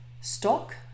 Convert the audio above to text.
stock